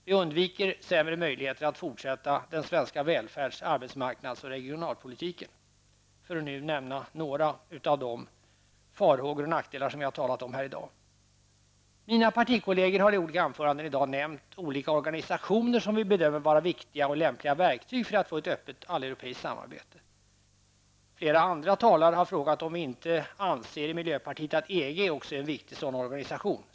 Vi undviker också sämre möjligheter att fortsätta den svenska välfärds-, arbetsmarknads och regionalpolitiken, för att nu nämna några av de farhågor och nackdelar som jag talat om här i dag. Mina partikolleger har i olika anföranden i dag nämnt olika organisationer som vi bedömer vara viktiga och lämpliga verktyg för att få ett öppet alleuropeiskt samarbete. Flera andra talare har frågat om vi i miljöpartiet inte anser att EG också är en viktig sådan organisation.